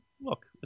look